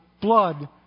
blood